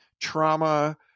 trauma